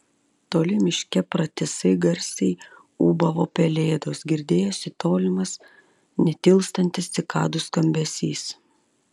toli miške pratisai garsiai ūbavo pelėdos girdėjosi tolimas netilstantis cikadų skambesys